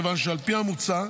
כיוון שעל פי המוצע,